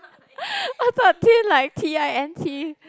I thought thin like T_I_N_T